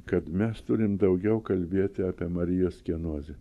kad mes turim daugiau kalbėti apie marijos kienozę